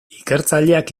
ikertzaileak